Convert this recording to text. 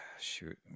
shoot